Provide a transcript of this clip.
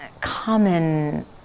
common